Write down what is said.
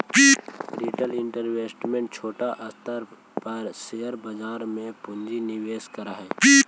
retail investor छोटा स्तर पर शेयर बाजार में पूंजी निवेश करऽ हई